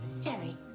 Jerry